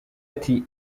ati